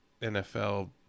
NFL